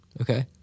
Okay